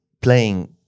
playing